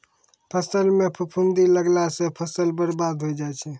फसल म फफूंदी लगला सँ फसल बर्बाद होय जाय छै